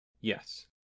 Yes